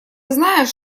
знаешь